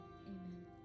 Amen